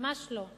ממש לא.